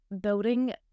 building